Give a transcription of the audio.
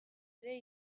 ere